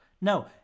No